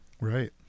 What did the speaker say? Right